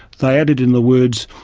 they added in the words,